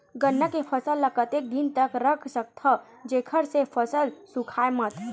गन्ना के फसल ल कतेक दिन तक रख सकथव जेखर से फसल सूखाय मत?